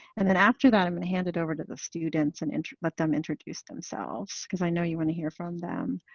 and then after that, i'm gonna hand it over to the students and let them introduce themselves because i know you wanna hear from them.